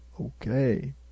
Okay